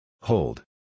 Hold